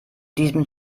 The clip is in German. diesem